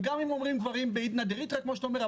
וגם אם אומרים דברים בעידנא דריתחא כמו שאתה אומר,